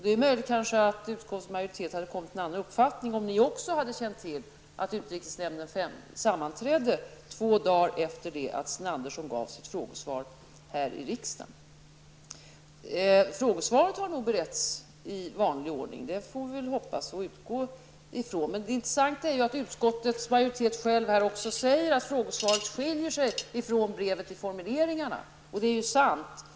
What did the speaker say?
Det är möjligt att utskottsmajoriteten hade kommit till en annan uppfattning om man hade känt till att utrikesnämnden sammanträdde två dagar efter det att Sten Andersson gav sitt frågesvar här i kammaren. Vi får väl hoppas och utgå från att frågesvaret har beretts i vanlig ordning, men det intressanta är att utskottsmajoriteten själv säger att frågesvaret skiljer sig från brevet vad gäller formuleringarna.